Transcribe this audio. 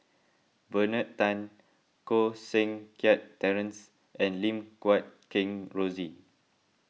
Bernard Tan Koh Seng Kiat Terence and Lim Guat Kheng Rosie